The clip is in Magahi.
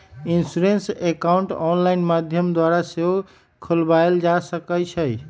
इंश्योरेंस अकाउंट ऑनलाइन माध्यम द्वारा सेहो खोलबायल जा सकइ छइ